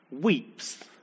weeps